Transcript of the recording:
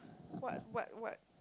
what what what